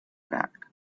back